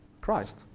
Christ